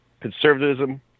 Conservatism